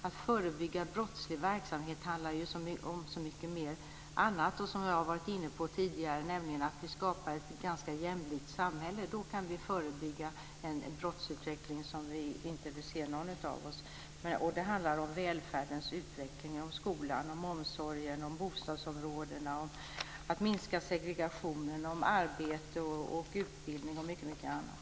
Att förebygga brottslig verksamhet handlar ju om så mycket annat, såsom jag varit inne på tidigare, nämligen att skapa ett jämlikt samhälle. Då kan vi förebygga en brottsutveckling som ingen av oss vill se. Det handlar om välfärdens utveckling, skolan, omsorgen, bostadsområdena, minskad segregation, arbete, utbildning och mycket annat.